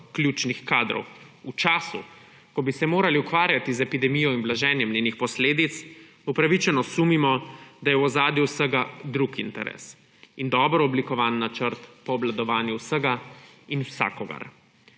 ključnih kadrov v času, ko bi se morali ukvarjati z epidemijo in blaženjem njenih posledic, upravičeno sumimo, da je v ozadju vsega drug interes in dobro oblikovan načrt po obvladovanju vsega in vsakogar.